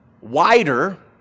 wider